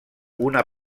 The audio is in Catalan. una